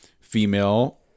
female